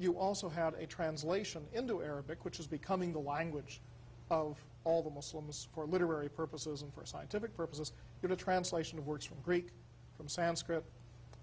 you also had a translation into arabic which is becoming the language of all the muslims for literary purposes and for scientific purposes but a translation of works from greek from sanskrit